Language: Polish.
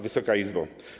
Wysoka Izbo!